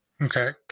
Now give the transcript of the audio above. Okay